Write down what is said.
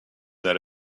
that